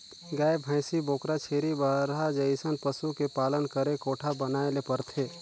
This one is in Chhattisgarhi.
गाय, भइसी, बोकरा, छेरी, बरहा जइसन पसु के पालन करे कोठा बनाये ले परथे